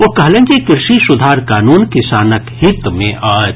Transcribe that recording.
ओ कहलनि जे कृषि सुधार कानून किसानक हित मे अछि